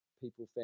people